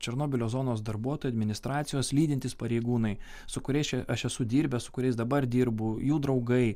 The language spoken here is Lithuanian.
černobylio zonos darbuotojai administracijos lydintys pareigūnai su kuriais čia aš esu dirbęs su kuriais dabar dirbu jų draugai